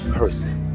person